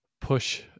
push